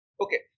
Okay